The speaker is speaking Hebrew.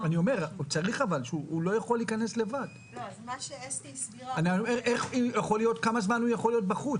אז מה שאסתי הסבירה --- כמה זמן הוא יכול להיות בחוץ?